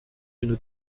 une